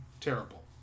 terrible